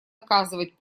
оказывать